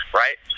right